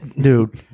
Dude